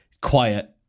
quiet